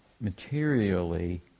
materially